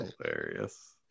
Hilarious